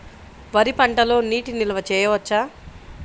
వరి పంటలో నీటి నిల్వ చేయవచ్చా?